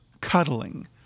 cuddling